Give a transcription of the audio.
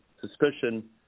suspicion